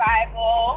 Bible